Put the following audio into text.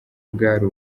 bwari